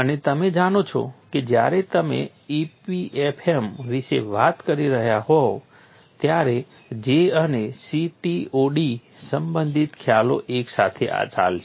અને તમે જાણો છો કે જ્યારે તમે EPFM વિશે વાત કરી રહ્યા હોવ ત્યારે J અને CTOD સંબંધિત ખ્યાલો એક સાથે ચાલશે